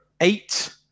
eight